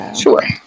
Sure